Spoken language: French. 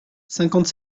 cinquante